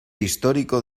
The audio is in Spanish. histórico